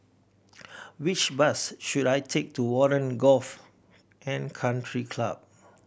which bus should I take to Warren Golf and Country Club